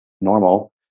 normal